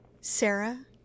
Sarah